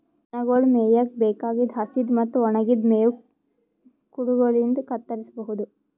ದನಗೊಳ್ ಮೇಯಕ್ಕ್ ಬೇಕಾಗಿದ್ದ್ ಹಸಿದ್ ಮತ್ತ್ ಒಣಗಿದ್ದ್ ಮೇವ್ ಕುಡಗೊಲಿನ್ಡ್ ಕತ್ತರಸಬಹುದು